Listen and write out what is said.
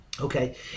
Okay